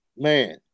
Man